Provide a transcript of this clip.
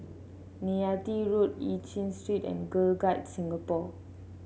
Neythai Road Eu Chin Street and Girl Guides Singapore